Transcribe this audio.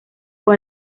fue